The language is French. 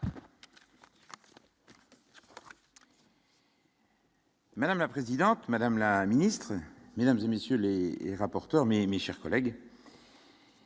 Madame la présidente, madame la ministre, mesdames et messieurs les rapporteurs Mimi chers collègues.